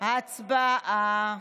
הצבעה.